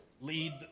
lead